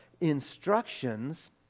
instructions